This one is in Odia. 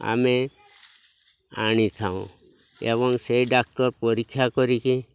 ଆମେ ଆଣି ଥାଉଁ ଏବଂ ସେଇ ଡାକ୍ତର ପରୀକ୍ଷା କରିକି